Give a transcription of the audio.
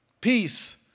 peace